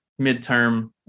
midterm